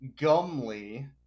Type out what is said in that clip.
Gumley